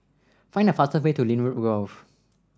find the fastest way to Lynwood Grove